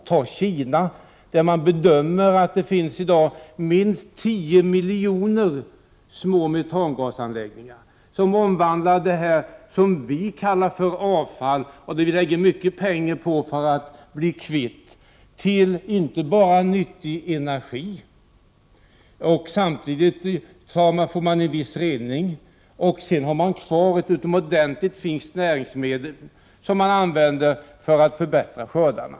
Låt oss se på Kina, där det enligt bedömningarna i dag finns minst 10 miljoner små metangasanläggningar, som omvandlar det som vi kallar för avfall och som vi lägger mycket pengar på för att bli av med till nyttig energi. Samtidigt får man en viss reningseffekt. Kvar blir ett utomordentligt fint näringsämne som används för att förbättra skördarna.